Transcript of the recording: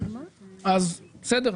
אז בסדר,